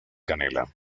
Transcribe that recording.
canela